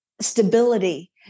stability